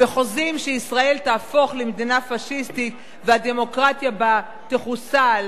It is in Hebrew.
וחוזים שישראל תהפוך למדינה פאשיסטית והדמוקרטיה בה תחוסל,